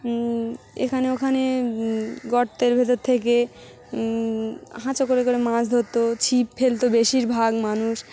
এখানে ওখানে গর্তের ভেতর থেকে হাতা করে করে মাছ ধরত ছিপ ফেলতো বেশিরভাগ মানুষ